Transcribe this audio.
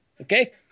Okay